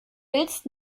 willst